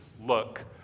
look